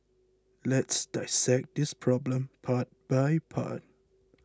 let's dissect this problem part by part